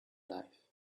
life